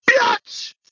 bitch